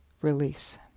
release